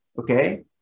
okay